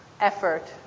effort